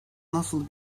nasıl